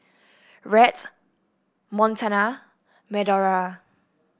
Rhett Montana Medora